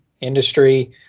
industry